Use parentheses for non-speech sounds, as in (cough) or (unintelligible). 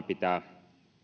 (unintelligible) pitää